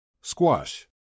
squash